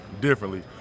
differently